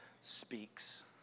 speaks